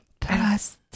Trust